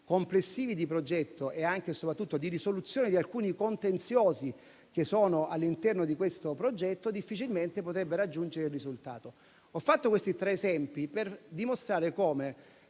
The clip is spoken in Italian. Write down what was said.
complessivi di progetto e soprattutto di risoluzione di alcuni contenziosi che sono al suo interno, difficilmente potrebbe raggiungere il risultato. Ho fatto questi tre esempi per dimostrare come